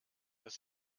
dass